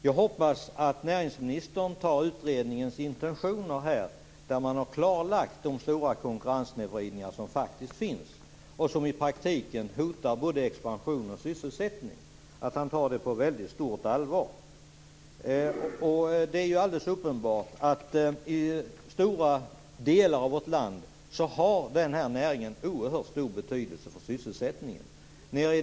Jag hoppas att näringsministern tar utredningens intentioner på allvar, där man bl.a. klarlagt de stora konkurrenssnedvridningar som faktiskt finns och som i praktiken hotar expansion och sysselsättning. Det är alldeles uppenbart att näringen i stora delar av vårt land har stor betydelse för sysselsättningen.